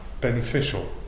beneficial